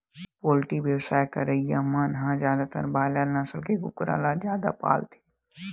poultry बेवसाय करइया मन ह जादातर बायलर नसल के कुकरा ल जादा पालथे